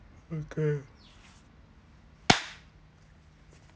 okay